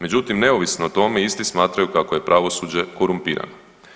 Međutim, neovisno o tome isti smatraju kako je pravosuđe korumpirano.